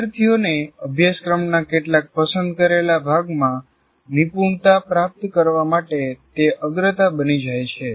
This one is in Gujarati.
વિદ્યાર્થીઓને અભ્યાસક્રમના કેટલાક પસંદ કરેલા ભાગમાં નિપુણતા પ્રાપ્ત કરવા માટે તે અગ્રતા બની જાય છે